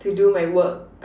to do my work